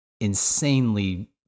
insanely